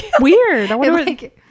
weird